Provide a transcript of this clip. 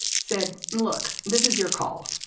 said, look, this is your call,